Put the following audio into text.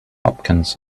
hopkins